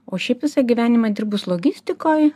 o šiaip visą gyvenimą dirbus logistikoj